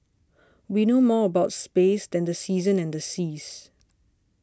we know more about space than the seasons and the seas